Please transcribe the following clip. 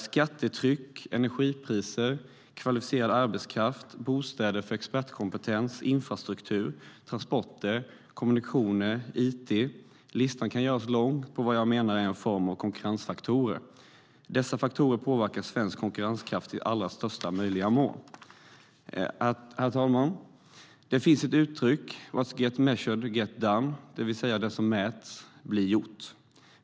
Skattetryck, energipriser, kvalificerad arbetskraft, bostäder för expertkompetens, infrastruktur, transporter, kommunikationer, it - listan på vad jag menar är en form av konkurrensfaktorer kan göras lång. Dessa faktorer påverkar svensk konkurrenskraft i största möjliga mån. Herr talman! Det finns ett uttryck som lyder What gets measured gets done, det vill säga att det som mäts blir gjort.